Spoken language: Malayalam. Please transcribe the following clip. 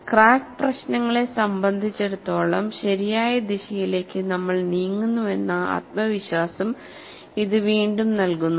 ക്രാക്ക് പ്രശ്നങ്ങളെ സംബന്ധിച്ചിടത്തോളം ശരിയായ ദിശയിലേക്ക് നമ്മൾ നീങ്ങുന്നുവെന്ന ആത്മവിശ്വാസം ഇത് വീണ്ടും നൽകുന്നു